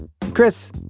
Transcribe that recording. Chris